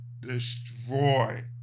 destroy